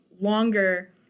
longer